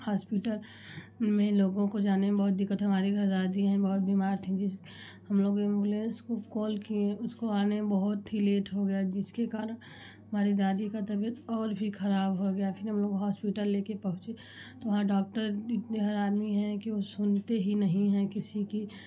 hospital में लोगों को जाने में बहुत दिक्कत हमारे घर दादी है बहुत बीमार थी हम लोग एम्बुलेंस को कॉल किए उसको आने में बहुत ही लेट हो गया जिसके कारण हमारी दादी का तबियत और भी खराब हो गया जब लोग होस्पिटल लेके पहुँचे वहाँ डॉक्टर इतने है कि सुनते ही नहीं है किसीकी